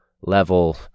level